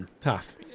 Tough